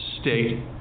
state